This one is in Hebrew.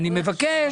אני מבקש,